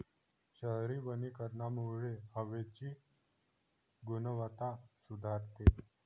शहरी वनीकरणामुळे हवेची गुणवत्ता सुधारते